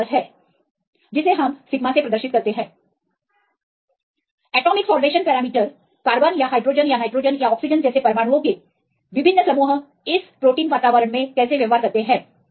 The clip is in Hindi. इसलिए इस आनुपातिकता को हम इस सिग्मा के रूप में मानते हैं कि यह एटॉमिक साल्वेशन पैरामीटरस है कि कार्बन या हाइड्रोजन या नाइट्रोजन या ऑक्सीजन जैसे परमाणुओं के विभिन्न समूह इस प्रोटीन वातावरण में कैसे व्यवहार करते हैं